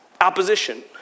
opposition